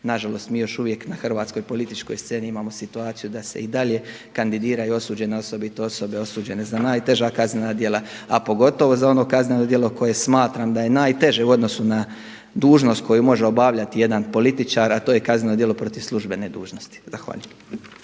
Na žalost mi još uvijek na hrvatskoj političkoj sceni imamo situaciju da se i dalje kandidiraju osuđene osobe i to osobe osuđene za najteža kaznena djela, a pogotovo za ono kazneno djelo koje smatram da je najteže u odnosu na dužnost koju može obavljati jedan političar, a to je kazneno djelo protiv službene dužnosti. Zahvaljujem.